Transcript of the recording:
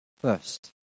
first